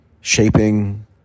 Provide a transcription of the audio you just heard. shaping